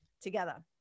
together